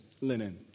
linen